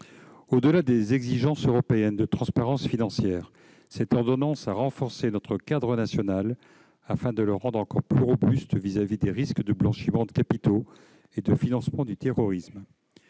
Au-delà des exigences européennes de transparence financière, cette ordonnance a renforcé notre cadre national, afin de le rendre plus robuste encore à l'égard des risques de blanchiment de capitaux et de financement du terrorisme.